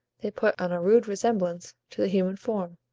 they put on a rude resemblance to the human form,